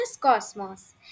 Cosmos